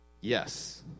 yes